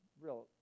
real